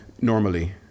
normally